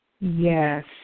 Yes